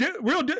real